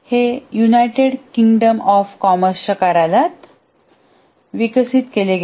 हे United Kingdom of कॉमर्सच्या कार्यालयात विकसित केले गेले